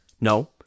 No